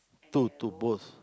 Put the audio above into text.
two two both